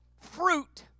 fruit